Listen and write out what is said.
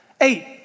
Eight